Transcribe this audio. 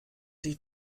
sich